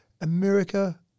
America